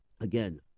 Again